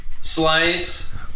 slice